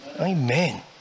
Amen